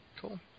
Cool